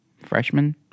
freshman